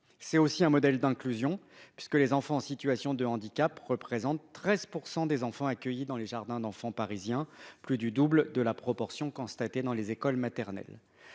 également un modèle d'inclusion, puisque les enfants en situation de handicap représentent 13 % des enfants accueillis dans les jardins d'enfants parisiens, soit plus du double de la proportion constatée dans les écoles maternelles.